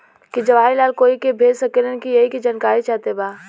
की जवाहिर लाल कोई के भेज सकने यही की जानकारी चाहते बा?